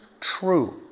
true